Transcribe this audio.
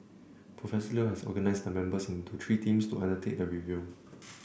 Professor Leo has organised the members into three teams to undertake the review